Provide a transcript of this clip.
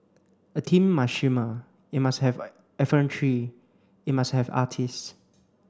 a team must shimmer it must have effrontery it must have artists